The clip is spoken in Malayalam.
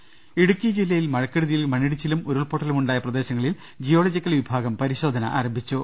രദ്ദേഷ്ടങ ഇടുക്കി ജില്ലയിൽ മഴക്കെടുതിയിൽ മണ്ണിടിച്ചിലും ഉരുൾപൊട്ടലും ഉണ്ടായ പ്രദേശങ്ങളിൽ ജിയോളജിക്കൽ വിഭാഗം പരിശോധന ആരംഭിച്ചു